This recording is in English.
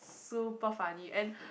super funny and